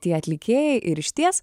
tie atlikėjai ir išties